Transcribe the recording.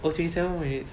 oh twenty seven more minutes